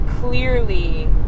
clearly